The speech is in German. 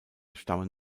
stammen